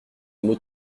mot